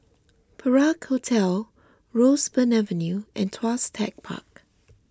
Perak Hotel Roseburn Avenue and Tuas Tech Park